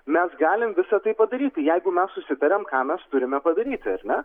mes galim visa tai padaryti jeigu mes susitariam ką mes turime padaryti ar ne